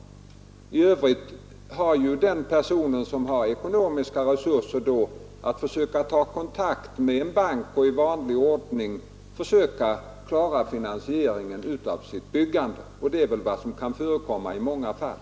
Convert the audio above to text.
I övrigt får en person, som har ekonomiska resurser, ta kontakt med en bank och i vanlig ordning försöka klara finansieringen av sitt byggande, och det är väl vad som förekommer i många fall.